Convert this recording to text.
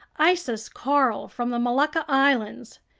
isis coral from the molucca islands,